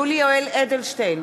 יולי יואל אדלשטיין,